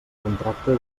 contracte